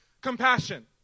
compassion